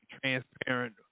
transparent